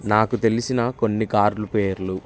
నాకు తెలిసిన కొన్ని కార్లు పేర్లు